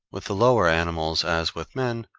with the lower animals as with men,